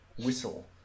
whistle